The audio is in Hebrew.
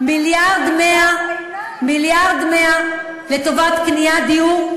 --- מיליארד ו-100 מיליון לטובת קניית דיור,